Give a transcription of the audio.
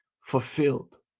fulfilled